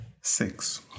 Six